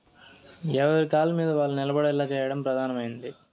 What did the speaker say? ఎవరి కాళ్ళమీద వాళ్ళు నిలబడేలా చేయడం ప్రధానమైనది